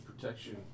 protection